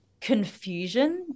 confusion